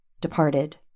departed